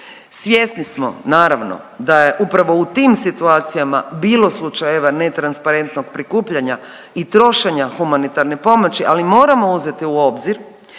Svjesni smo naravno da je upravo u tim situacijama bilo slučajeva netransparentnog prikupljanja i trošenja humanitarne pomoći, ali moramo uzeti u obzir